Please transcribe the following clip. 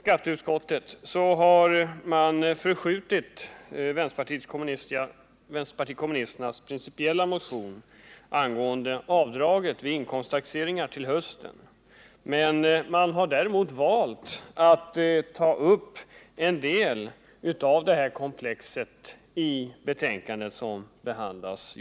Behandlingen av vänsterpartiet kommunisternas principiella motion angående rätten till avdrag vid inkomsttaxeringen har uppskjutits till hösten. Men utskottet har valt att ta upp en del av samma frågekomplex i det betänkande vi nu behandlar.